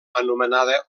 anomenada